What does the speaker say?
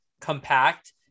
compact